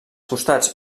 costats